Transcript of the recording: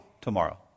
tomorrow